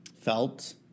Felt